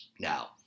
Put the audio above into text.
Now